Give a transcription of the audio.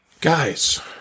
guys